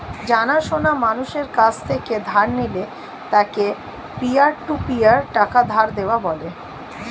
জানা সোনা মানুষের কাছ থেকে ধার নিলে তাকে পিয়ার টু পিয়ার টাকা ধার দেওয়া বলে